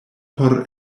por